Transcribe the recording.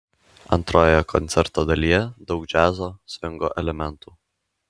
antrojoje koncerto dalyje daug džiazo svingo elementų